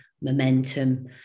Momentum